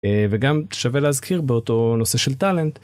אה.. וגם שווה להזכיר באותו נושא של טאלנט.